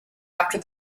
after